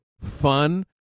fun